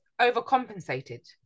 overcompensated